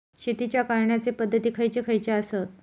शेतीच्या करण्याचे पध्दती खैचे खैचे आसत?